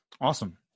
awesome